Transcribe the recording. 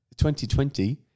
2020